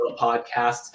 podcasts